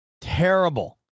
Terrible